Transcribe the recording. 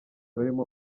barimo